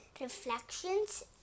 reflections